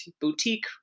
boutique